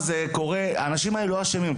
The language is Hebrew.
האנשים האלה לא אשמים.